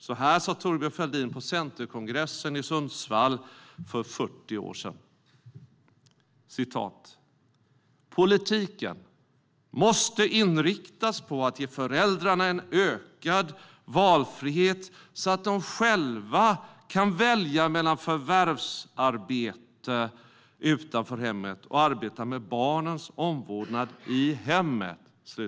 Så här sa Thorbjörn Fälldin på Centerkongressen i Sundsvall för 40 år sedan: Politiken måste inriktas på att ge föräldrarna en ökad valfrihet så att de själva kan välja mellan förvärvsarbete utanför hemmet och att arbeta med barnens omvårdnad i hemmet.